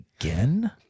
again